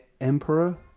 Emperor